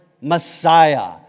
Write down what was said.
Messiah